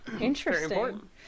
Interesting